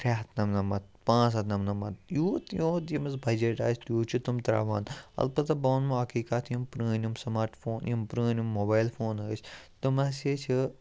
ترٛےٚ ہتھ نَمنَمَتھ پانٛژھ ہتھ نَمنَمَتھ یوٗت یوت ییٚمِس بَجٹ آسہِ تیوٗت چھِ تٕم ترٛاوان البتہ بہٕ ووٚنمو اَکٕے کَتھ یِم پرٛٲنۍ یِم سمارٹ فون یِم پرٛٲنۍ یِم موبایِل فون ٲسۍ تم ہَسا چھِ